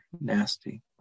nasty